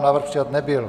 Návrh přijat nebyl.